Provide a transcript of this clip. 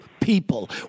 people